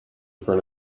front